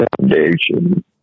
foundation